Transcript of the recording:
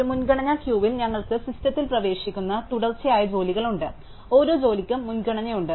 ഒരു മുൻഗണനാ ക്യൂവിൽ ഞങ്ങൾക്ക് സിസ്റ്റത്തിൽ പ്രവേശിക്കുന്ന തുടർച്ചയായ ജോലികളുണ്ട് ഓരോ ജോലിക്കും മുൻഗണനയുണ്ട്